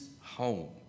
home